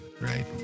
right